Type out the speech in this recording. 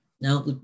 Now